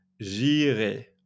J'irai